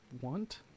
want